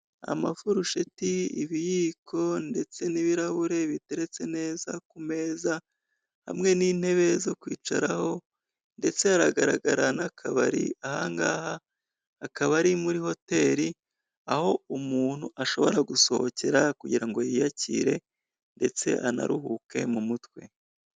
Amafurusheti, ibiyiko ndetse n'ibirahure biteretse neza ku meza, hamwe n'intebe zo kwicaraho, ndetse haragaragara n'akabari. Ahangaha akaba ari muri hoteri, aho umuntu ashobora gusohokera kugirango ngo yiyakire ndetse anaruhuke mu mutwe.